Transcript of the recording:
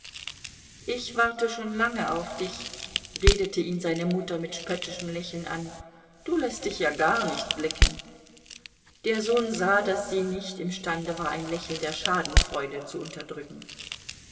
ich warte schon lange auf dich redete ihn seine mutter mit spöttischem lächeln an du läßt dich ja gar nicht blicken der sohn sah daß sie nicht imstande war ein lächeln der schadenfreude zu unterdrücken